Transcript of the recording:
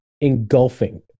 engulfing